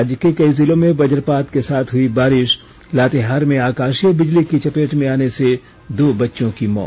और राज्य के कई जिलों में वज्रपात के साथ हुई बारिश लातेहार में आकाशीय बिजली की चपेट में आने से दो बच्चों की मौत